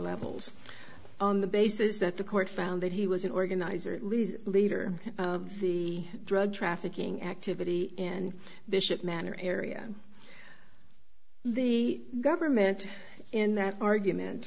levels on the basis that the court found that he was an organizer at least leader of the drug trafficking activity and bishop manor area the government in that argument